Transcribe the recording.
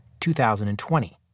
2020